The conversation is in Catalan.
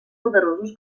poderosos